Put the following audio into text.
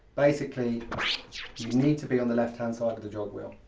basically, you need to be on the left hand side of the jogwheel.